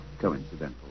coincidental